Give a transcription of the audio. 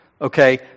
Okay